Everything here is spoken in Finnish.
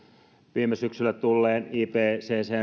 viime syksyllä tulleen ipccn